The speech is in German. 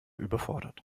überfordert